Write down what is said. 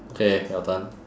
okay your turn